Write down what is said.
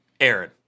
Aaron